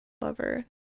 Lover